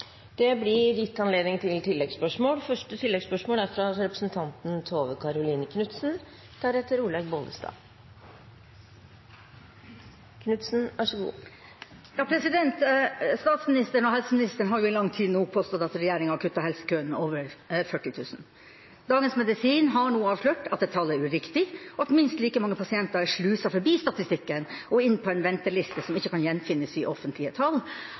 Det blir oppfølgingsspørsmål – først Tove Karoline Knutsen. Statsministeren og helseministeren har nå i lang tid påstått at regjeringa har kuttet helsekøene med over 40 000. Dagens Medisin har avslørt at tallet er uriktig, at minst like mange pasienter er sluset forbi statistikken og inn på en venteliste som ikke kan gjenfinnes i offentlige tall,